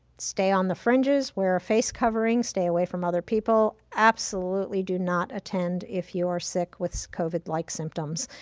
stay on the fringes, wear a face covering, stay away from other people, absolutely do not attend if you are sick with covid-like symptoms.